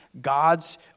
God's